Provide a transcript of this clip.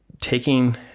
taking